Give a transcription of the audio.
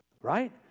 right